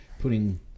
putting –